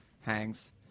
Hangs